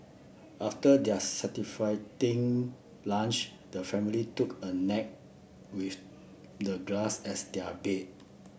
after their satisfy lunch the family took a nap with the grass as their bed